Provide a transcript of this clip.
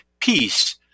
peace